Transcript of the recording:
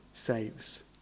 saves